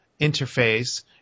interface